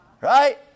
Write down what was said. Right